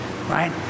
right